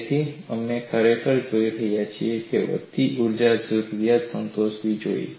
તેથી અમે ખરેખર જોઈ રહ્યા છીએ કે વધતી ઊર્જા જરૂરિયાત સંતોષવી જોઈએ